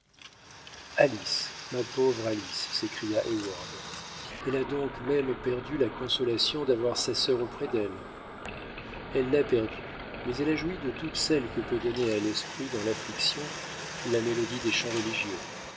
ma pauvre alice s'écria heyward elle a donc même perdu la consolation d'avoir sa sœur auprès d'elle elle l'a perdue mais elle a joui de toutes celles que peut donner à l'esprit dans l'affliction la mélodie des chants religieux